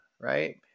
right